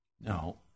Now